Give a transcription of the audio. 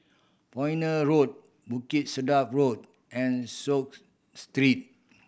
Pioneer Road Bukit Sedap Road and Street